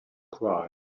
cry